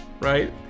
right